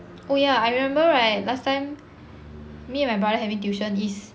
oh ya I remember right last time me and my brother having tuition is